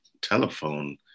telephone